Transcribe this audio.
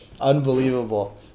Unbelievable